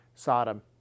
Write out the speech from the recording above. Sodom